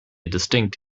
distinct